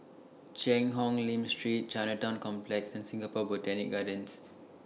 Cheang Hong Lim Street Chinatown Complex and Singapore Botanic Gardens